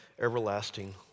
everlasting